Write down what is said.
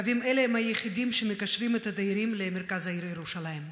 קווים אלה הם היחידים שמקשרים את הדיירים למרכז העיר ירושלים.